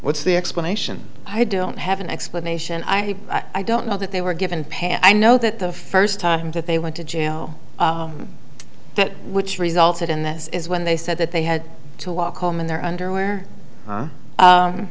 what's the explanation i don't have an explanation i i don't know that they were given pay i know that the first time that they went to jail which resulted in this is when they said that they had to walk home in their underwear